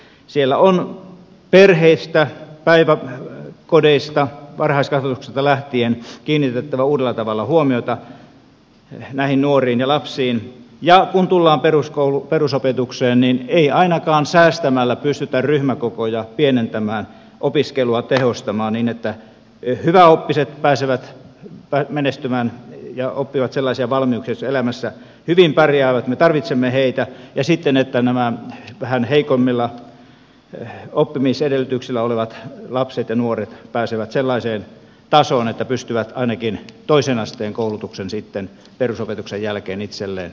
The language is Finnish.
siellä on perheistä päiväkodeista varhaiskasvatuksesta lähtien kiinnitettävä uudella tavalla huomiota näihin nuoriin ja lapsiin ja kun tullaan perusopetukseen niin ei ainakaan säästämällä pystytä ryhmäkokoja pienentämään opiskelua tehostamaan niin että hyväoppiset pääsevät menestymään ja oppivat sellaisia valmiuksia joilla elämässä hyvin pärjäävät me tarvitsemme heitä ja niin että nämä vähän heikommilla oppimisedellytyksillä olevat lapset ja nuoret pääsevät sellaiselle tasolle että pystyvät ainakin toisen asteen koulutuksen sitten perusopetuksen jälkeen itselleen hankkimaan